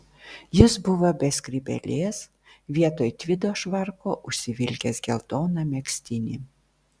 jis buvo be skrybėlės vietoj tvido švarko užsivilkęs geltoną megztinį